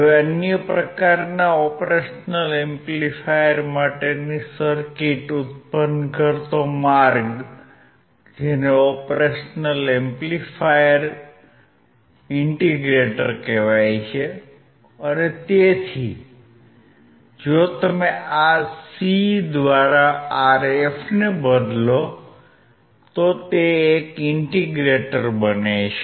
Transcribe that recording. હવે અન્ય પ્રકારના ઓપરેશનલ એમ્પ્લીફાયર માટેની સર્કિટ ઉત્પન્ન કરતો માર્ગ જેને Op Amp ઇન્ટિગ્રેટર કહેવાય છે અને તેથી જો તમે C દ્વારા Rf ને બદલો તો તે એક ઇન્ટીગ્રેટર બને છે